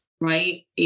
right